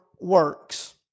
works